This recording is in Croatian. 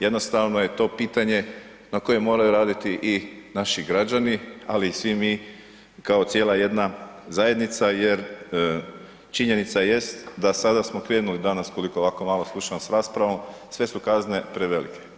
Jednostavno je to pitanje na kojem moraju raditi i naši građani ali i svi mi kao cijela jedna zajednica jer činjenica jest da sada smo krenuli danas koliko ovako malo slušam sa raspravom, sve su kazne prevelike.